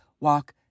walk